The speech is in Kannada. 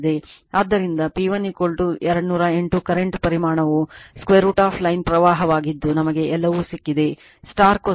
ಆದ್ದರಿಂದ P1 208 ಕರೆಂಟ್ ಪರಿಮಾಣವು √ ಲೈನ್ ಪ್ರವಾಹವಾಗಿದ್ದು ನಮಗೆ ಎಲ್ಲವೂ ಸಿಕ್ಕಿದೆ cosine ಮೂವತ್ತು 36